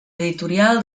editorial